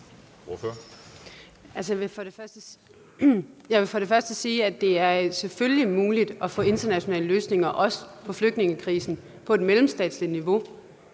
Jeg vil for det første sige, at det selvfølgelig også er muligt at få internationale løsninger på flygtningekrisen på et mellemstatsligt niveau.